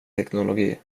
teknologi